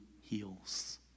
heals